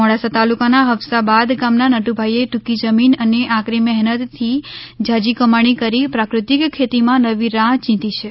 મોડાસા તાલુકાના હફસાબાદ ગામના નટુભાઈએ ટૂંકી જમીન અને આકરી મહેનતથી ઝાઝી કમાણી કરી પ્રાકૃતિક ખેતીમાં નવી રાહ્ ચિંધી છે